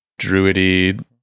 druidy